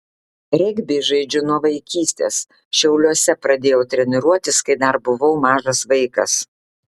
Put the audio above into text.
regbį žaidžiu nuo vaikystės šiauliuose pradėjau treniruotis kai dar buvau mažas vaikas